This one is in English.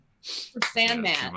Sandman